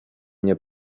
nie